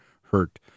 hurt